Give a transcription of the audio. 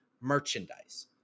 Merchandise